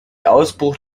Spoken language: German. ausbruch